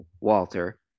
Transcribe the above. Walter